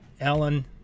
alan